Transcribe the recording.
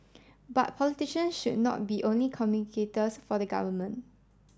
but politician should not be only communicators for the government